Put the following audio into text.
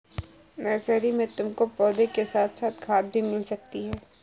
nursery में तुमको पौधों के साथ साथ खाद भी मिल सकती है